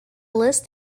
list